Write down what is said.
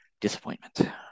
disappointment